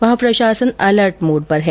वहां प्रशासन alert mode पर है